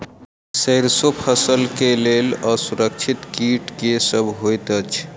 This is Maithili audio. सैरसो फसल केँ लेल असुरक्षित कीट केँ सब होइत अछि?